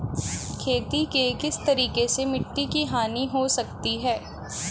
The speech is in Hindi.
खेती के किस तरीके से मिट्टी की हानि हो सकती है?